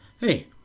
Hey